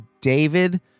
David